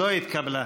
לא התקבלה.